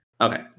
Okay